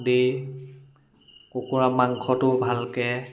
দি কুকুৰা মাংসটো ভালকৈ